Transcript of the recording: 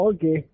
Okay